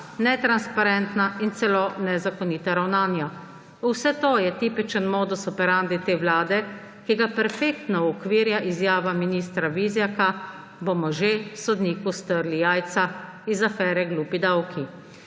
netransparentna in celo nezakonita ravnanja, vse to je tipičen modus operandi te vlade, ki ga perfektno uokvirja izjava ministra Vizjaka »bomo že sodniku strli jajca« iz afere »glupi davki«.